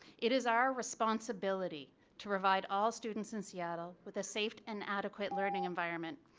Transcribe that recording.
it is our responsibility to provide all students in seattle with a safe and adequate learning environment.